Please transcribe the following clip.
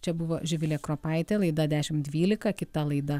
čia buvo živilė kropaitė laida dešimt dvylika kita laida